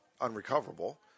unrecoverable